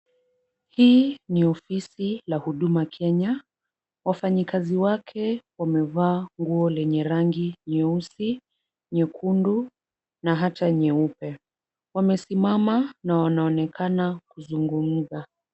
Hii ni ofisi la huduma Kenya. Wafanyakazi wake wamevaa nguo lenye rangi nyeusi, nyekundu na hata nyeupe. Wamesimama na wanaonekana kuzungumza.